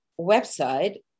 website